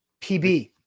PB